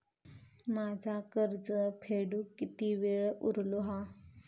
माझा कर्ज फेडुक किती वेळ उरलो हा?